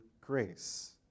Grace